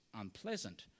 unpleasant